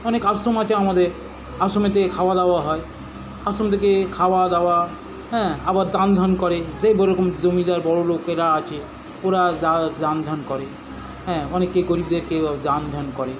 অনেক আশ্রম আছে আমাদের আশ্রমে থেকে খাওয়াদাওয়া হয় আশ্রম থেকে খাওয়াদাওয়া হ্যাঁ আবার দান ধ্যান করে যে যেরকম জমিদার বড়লোকেরা আছে ওরা যা দান ধ্যান করে হ্যাঁ অনেকে গরীবদেরকেও দান ধ্যান করে